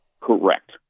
Correct